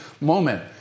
moment